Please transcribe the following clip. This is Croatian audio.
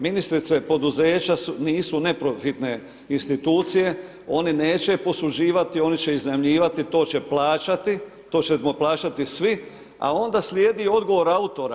Ministrice, poduzeća nisu neprofitne institucije, oni neće posuđivati, oni će iznajmljivati, to će plaćati, to ćemo plaćati svi, a onda slijedi odgovor autora.